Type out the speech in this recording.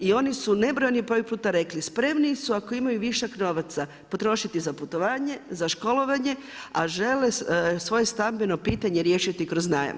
I oni su nebrojeni broj puta rekli spremni su ako imaju višak novaca potrošiti za putovanje, za školovanje, a žele svoje stambeno pitanje riješiti kroz najam.